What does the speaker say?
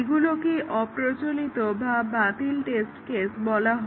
এগুলোকেই অপ্রচলিত বা বাতিল টেস্ট কেস বলা হয়